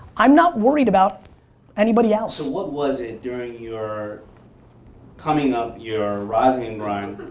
i'm not worried about anybody else. so, what was it during your coming up, your rise and grind,